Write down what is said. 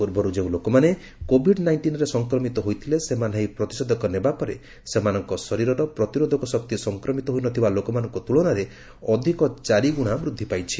ପୂର୍ବରୁ ଯେଉଁ ଲୋକମାନେ କୋବିଡ ନାଇଷ୍ଟିନରେ ସଂକ୍ରମିତ ହୋଇଥିଲେ ସେମାନେ ଏହି ପ୍ରତିଷେଧକ ନେବା ପରେ ସେମାନଙ୍କ ଶରୀରର ପ୍ରତିରୋଧକ ଶକ୍ତି ସଂକ୍ରମିତ ହୋଇନଥିବା ଲୋକମାନଙ୍କ ତୁଳନାରେ ଅଧିକ ଚାରିଗୁଣା ବୃଦ୍ଧି ପାଇଛି